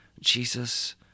Jesus